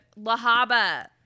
Lahaba